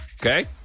Okay